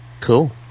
Cool